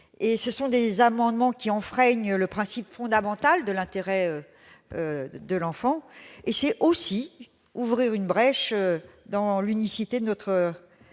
Ce sont des amendements qui enfreignent le principe fondamental de l'intérêt de l'enfant. Ils ouvrent aussi une brèche dans l'unicité de notre